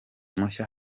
mushya